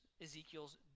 Ezekiel's